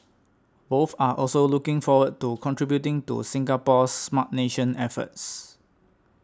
both are also looking forward to contributing to Singapore's Smart Nation efforts